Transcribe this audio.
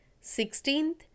sixteenth